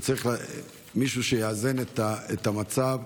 וצריך מישהו שיאזן את המצב,